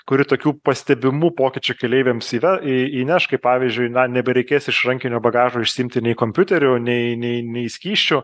kuri tokių pastebimų pokyčių keleiviams įve į įneš kaip pavyzdžiui nebereikės iš rankinio bagažo išsiimti nei kompiuterių nei nei nei skysčių